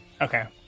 Okay